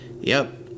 Yep